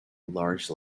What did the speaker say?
large